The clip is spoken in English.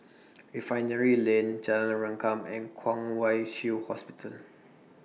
Refinery Lane Jalan Rengkam and Kwong Wai Shiu Hospital